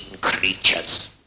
creatures